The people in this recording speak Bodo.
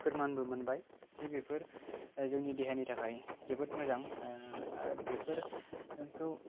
फोरमानबो मोनबाय जे बेफोर जोंनि देहानि थाखाय जोबोद मोजां आरो बेफोरखौ